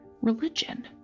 religion